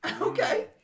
Okay